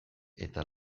eta